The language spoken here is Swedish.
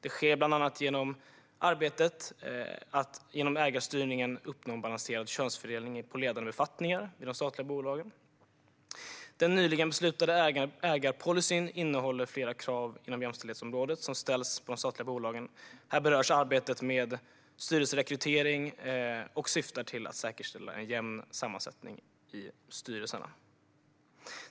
Det sker bland annat genom att man arbetar med ägarstyrning för att uppnå en balanserad könsfördelning i ledande befattningar i de statliga bolagen. Den nyligen beslutade ägarpolicyn innehåller flera krav inom jämställdhetsområdet, som ställs på de statliga bolagen. Här berörs arbetet med styrelserekrytering, som syftar till att säkerställa en jämn sammansättning av styrelserna.